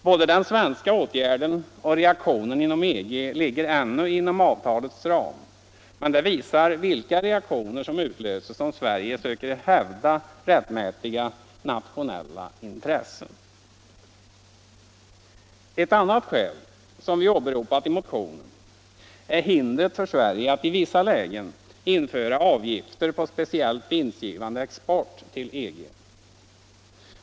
Både den svenska åtgärden och reaktionen inom EG ligger ännu inom avtalets ram, men det visar vilka reaktioner som utlöses om Sverige söker hävda rättmätiga nationella intressen. Ett annat skäl, som vi åberopat i motionen, är hindret för Sverige att i vissa lägen införa avgifter på speciellt vinstgivande export till EG.